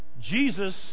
Jesus